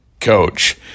coach